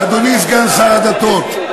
אדוני סגן שר הדתות,